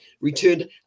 returned